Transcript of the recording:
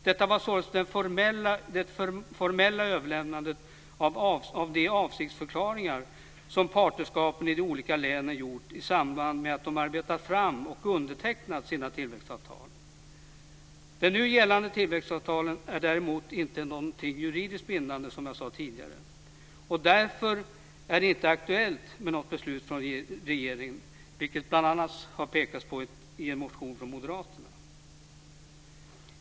Detta var således det formella överlämnandet av de avsiktsförklaringar som partnerskapen i de olika länen gjort i samband med att de arbetat fram och undertecknat sina tillväxtavtal. De nu gällande tillväxtavtalen är däremot inte något juridiskt bindande, vilket jag tidigare sade. Därför är det inte aktuellt med något beslut från regeringen, vilket bl.a. har pekats på i en motion från moderaterna.